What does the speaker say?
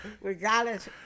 regardless